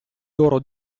loro